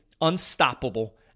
unstoppable